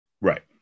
Right